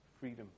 Freedom